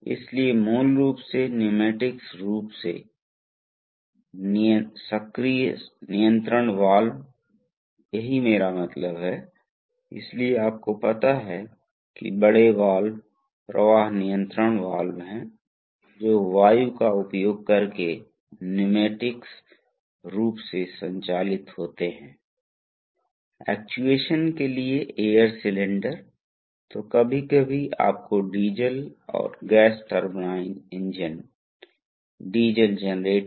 इसलिए मैं कहता हूं इस वाल्व को स्थानांतरित करके फ्लो सेटिंग को समायोजित किया जा सकता है इस नौच को आगे बढ़ाते हुए अब ऐसा क्या होता है मान लीजिए कि यहां दबाव बढ़ता है अगर ऊपर जाता है तो यह एक विशेष नौच पर निश्चित प्रवाह में बह रहा है एक विशेष प्रवाह पर एक विशेष दबाव ड्रॉप होता है इसलिए यह दबाव तुरंत यहां बढ़ेगा अब यदि जब दबाव बढ़ जाता है तो यहाँ एक बल लागू होगा यदि यहाँ एक बल लागू होता है तो नहीं वास्तव में क्या होगा अगर यहां दबाव बढ़ जाता है